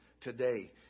today